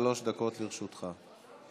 חבר הכנסת עופר כסיף, בבקשה, שלוש דקות לרשותך.